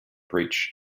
breach